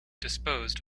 disposed